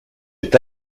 est